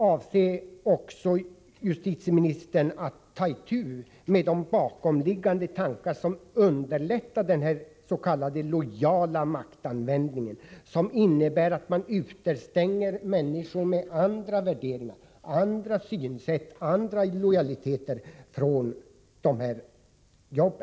Avser justitieministern att ta itu med de bakomliggande tankar, vilka underlättar dens.k. lojala maktanvändning som innebär att man utestänger människor med andra värderingar, synsätt och lojaliteter från vissa jobb?